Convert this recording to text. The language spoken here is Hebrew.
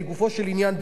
לגופו של עניין,